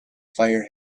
fire